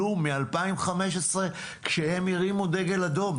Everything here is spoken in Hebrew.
כלום מ-2015 כשהם הרימו דגל אדום,